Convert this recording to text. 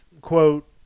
quote